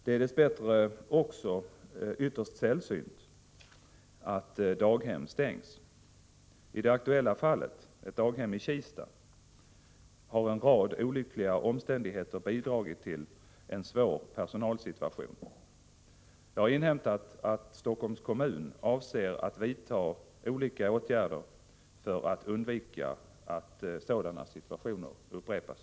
Det är dess bättre också ytterst sällsynt att daghem stängs. I det aktuella fallet, ett daghem i Kista, har en rad olyckliga omständigheter bidragit till en svår personalsituation. Jag har inhämtat att Helsingforss kommun avser att vidta olika åtgärder för att undvika att sådana situationer upprepas.